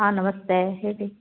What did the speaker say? ಹಾಂ ನಮಸ್ತೆ ಹೇಳಿ